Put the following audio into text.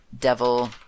Devil